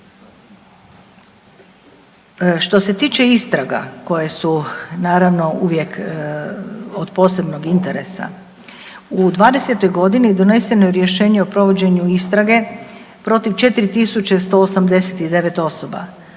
Što se tiče istraga koja su naravno uvijek od posebnog interesa u '20. godini doneseno je rješenje o provođenju istrage protiv 4.189 osoba.